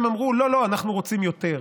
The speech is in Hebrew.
הם אמרו: לא, לא, אנחנו רוצים יותר.